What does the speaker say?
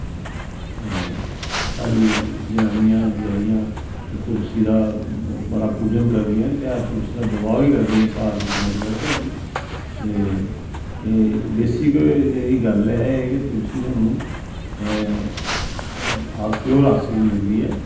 साढ़ी जनानियां बचैरियां तुलसी दा बड़ा पूजन करदियां न ते तुलसी दी विवाह बी करदियां इक बारी ते एह् बेसिक एह्दी गल्ल ऐ के तुलसी स्हानू प्योर आक्सीज़न दिंदी ऐ